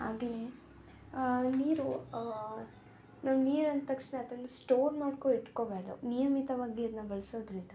ಹಾಗೇ ನೀರು ನಂಗೆ ನೀರು ಅಂದ ತಕ್ಷಣ ಅದನ್ನು ಸ್ಟೋರ್ ಮಾಡ್ಕೋ ಇಟ್ಕೋಬಾರ್ದು ನಿಯಮಿತವಾಗಿ ಅದನ್ನ ಬಳಸೋದ್ರಿಂದ